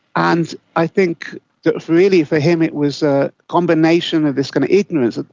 and i think that really for him it was a combination of this kind of ignorance,